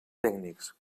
tècnics